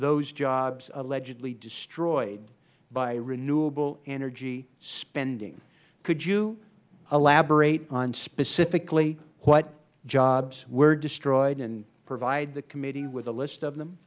those jobs allegedly destroyed by renewable energy spending could you elaborate on specifically what jobs were destroyed and provide the committee with a list of them